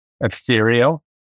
ethereal